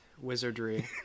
wizardry